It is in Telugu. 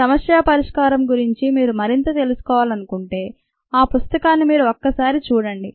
సమస్య పరిష్కారం గురించి మీరు మరింత తెలుసుకోవాలనుకుంటే ఆ పుస్తకాన్ని మీరు ఒక్కసారి చూడండి